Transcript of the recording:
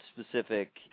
specific